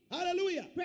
Hallelujah